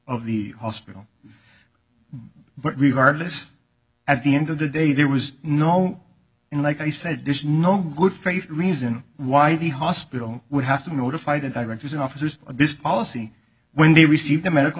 of the hospital but regardless at the end of the day there was no and like i said there's no good faith reason why the hospital would have to notify the directors and officers of this policy when they received a medical